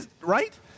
right